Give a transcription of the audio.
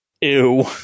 ew